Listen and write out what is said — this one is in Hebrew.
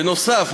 בנוסף,